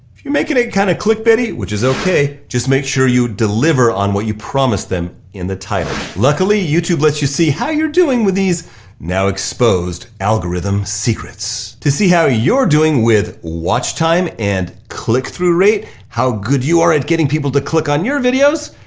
you make it it kind of click bait-y, which is okay, just make sure you deliver on what you promised them in the title. luckily, youtube let's you see how you're doing with these now exposed algorithm secrets. to see how you're doing with watch time and click through rate, how good you are at getting people to click on your videos,